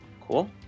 Cool